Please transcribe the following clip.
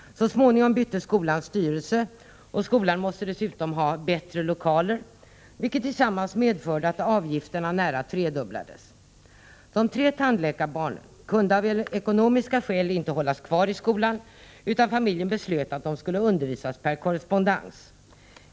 Så småningom bytte skolan styrelse, och skolan måste dessutom ha bättre lokaler, vilket tillsammans medförde att avgifterna nära tredubblades. De tre tandläkarbarnen kunde av ekonomiska skäl inte hållas kvar i skolan, utan familjen beslöt att de skulle undervisas per korrespondens.